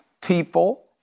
people